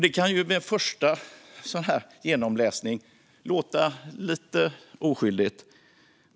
Det kan ju vid en första genomläsning låta lite oskyldigt.